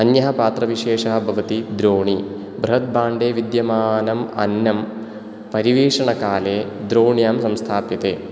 अन्यः पात्रविशेषः भवति द्रोणी बृहत् भाण्डे विद्यमानम् अन्नं परिवेषणकाले द्रोण्यां संस्थाप्यते